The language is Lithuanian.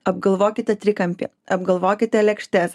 apgalvokite trikampį apgalvokite lėkštes